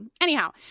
Anyhow